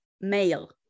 male